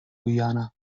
guyana